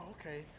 okay